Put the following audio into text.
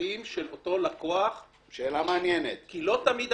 אין עניין